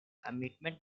commitment